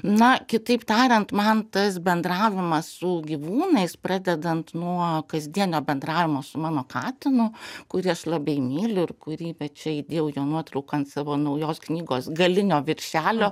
na kitaip tariant man tas bendravimas su gyvūnais pradedant nuo kasdienio bendravimo su mano katinu kurį aš labai myliu ir kurį va čia įdėjau jo nuotrauką ant savo naujos knygos galinio viršelio